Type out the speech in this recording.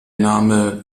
name